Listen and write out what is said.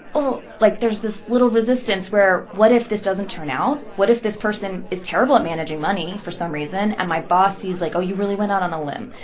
oh, like, there's this little resistance where, what if this doesn't turn out? what if this person is terrible at managing money, for some reason, and my boss sees like, oh, you really went out on a limb.